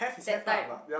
that time